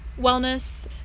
wellness